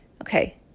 okay